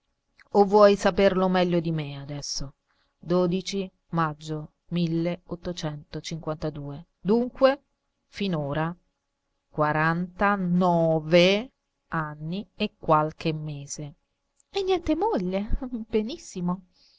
o vuoi saperlo meglio di me adesso dodici maggio unque finora quarantanove anni e qualche mese e niente moglie benissimo